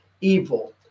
evil